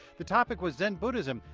the topic was zen buddhism.